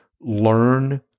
Learn